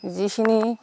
যিখিনি